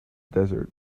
desert